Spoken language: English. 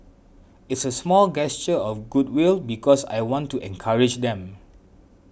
it's a small gesture of goodwill because I want to encourage them